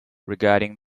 regarding